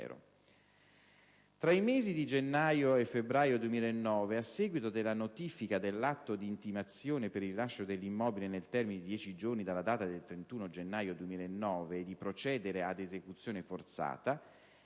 Tra i mesi di gennaio e febbraio 2009, a seguito della notifica dell'atto di intimazione per il rilascio dell'immobile nel termine di dieci giorni dalla data del 31 gennaio 2009 e di procedere ad esecuzione forzata,